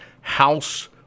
House